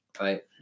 Right